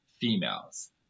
females